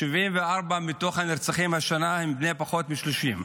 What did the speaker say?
74 מתוך הנרצחים השנה הם בני פחות מ-30.